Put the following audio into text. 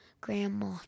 Grandma